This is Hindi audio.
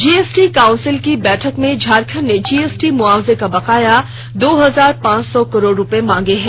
जीएसटी काउंसिल की बैठक में झारखंड ने जीएसटी मुआवजे का बकाया दो हजार पांच सौ करोड़ रुपये मांगा है